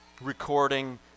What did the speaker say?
recording